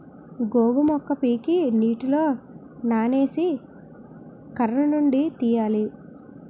గోగు మొక్క పీకి నీటిలో నానేసి కర్రనుండి తీయాలి